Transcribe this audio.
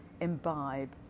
imbibe